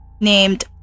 named